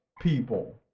people